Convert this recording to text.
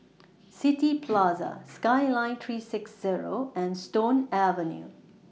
City Plaza Skyline three six Zero and Stone Avenue